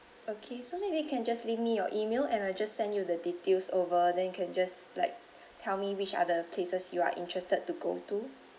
okay so maybe you can just leave me your email and I just send you the details over then you can just like tell me which other places you are interested to go to